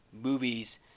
movies